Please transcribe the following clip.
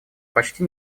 почти